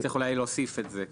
צריך אולי להוסיף את זה.